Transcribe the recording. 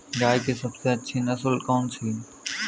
गाय की सबसे अच्छी नस्ल कौनसी है?